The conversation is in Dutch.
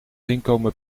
inkomen